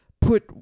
put